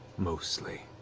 mostly.